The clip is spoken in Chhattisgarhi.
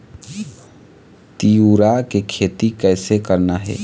तिऊरा के खेती कइसे करना हे?